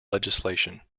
legislation